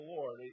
Lord